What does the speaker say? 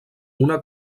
una